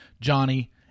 Johnny